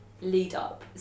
lead-up